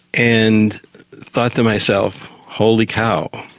and thought to myself, holy cow,